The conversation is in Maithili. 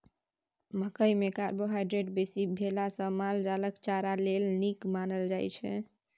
मकइ मे कार्बोहाइड्रेट बेसी भेला सँ माल जालक चारा लेल नीक मानल जाइ छै